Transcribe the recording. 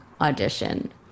audition